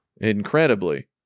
Incredibly